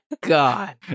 God